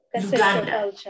Uganda